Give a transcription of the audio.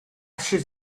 should